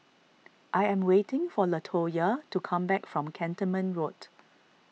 I am waiting for Latoya to come back from Cantonment Road